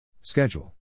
Schedule